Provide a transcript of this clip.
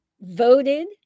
voted